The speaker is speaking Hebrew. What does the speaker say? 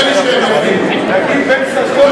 נגיד, בן-ששון,